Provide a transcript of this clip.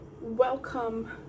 welcome